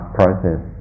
process